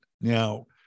Now